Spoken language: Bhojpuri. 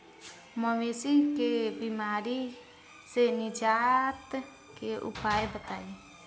मवेशी के बिमारी से निजात के उपाय बताई?